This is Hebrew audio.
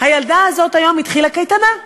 הילדה הזאת היום התחילה קייטנה.